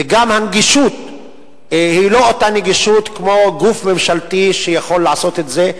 וגם הנגישות היא לא אותה נגישות כמו לגוף ממשלתי שיכול לעשות את זה.